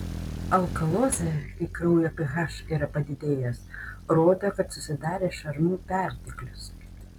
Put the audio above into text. alkalozė kai kraujo ph yra padidėjęs rodo kad susidarė šarmų perteklius